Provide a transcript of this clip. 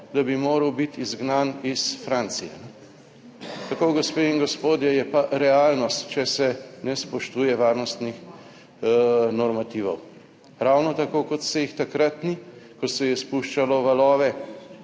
da bi moral biti izgnan iz Francije. Tako, gospe in gospodje, je pa realnost, če se ne spoštuje varnostnih normativov. Ravno tako kot se jih takrat ni, ko se je spuščalo valove